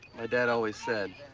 my dad always said